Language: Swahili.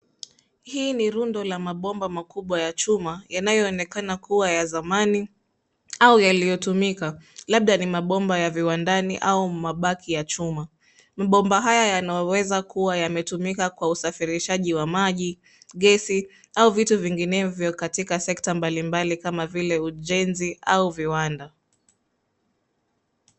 Hii ni rundo la mabomba makubwa ya chuma yanayo onekana kuwa ya zamani au yaliyo tumika labda ni bomba ya viwandani au mabaki ya chuma. Mabomba haya yanaweza kuwa yametumika kwa usafirishaji wa maji, gesi au vitu vinginevo katika sekta mbalimbali kama vile ujenzi au viwanda.